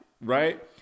right